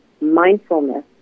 mindfulness